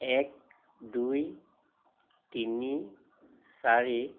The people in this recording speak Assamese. এক দুই তিনি চাৰি